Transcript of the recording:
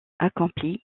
accompli